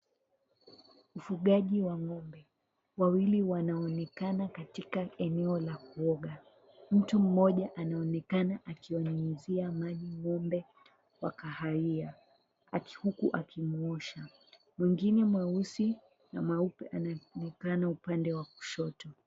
Ufugaji wa ng'ombe wawili wanaonekana katika eneo la kuoga, mtu mmoja anaonekana akiwa nyunyizia maji ng'ombe wa kahawia huku akimuosha, mwingine mweusi na mweupe anaonekana upande wa kushoto.